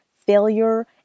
failure